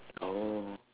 oh